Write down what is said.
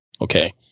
okay